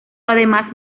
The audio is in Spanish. además